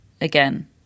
again